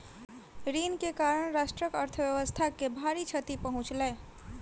ऋण के कारण राष्ट्रक अर्थव्यवस्था के भारी क्षति पहुँचलै